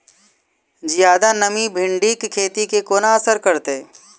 जियादा नमी भिंडीक खेती केँ कोना असर करतै?